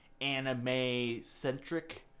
anime-centric